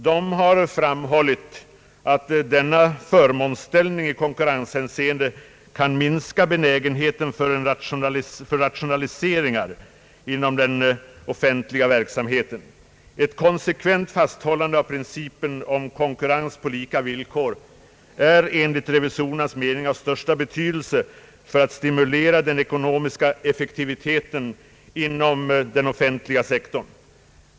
De har framhållit att denna förmånsställning i konkurrenshänseende kan minska benägenheten för rationaliseringar inom den offentliga verksamheten. Ett konsekvent fasthållande av principen om konkurrens på lika villkor är enligt revisorernas mening av största betydelse för att stimulera den ekonomiska effektiviteten inom den offentliga sektorn.